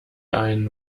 ein